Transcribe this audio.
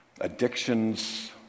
addictions